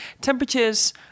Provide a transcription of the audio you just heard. temperatures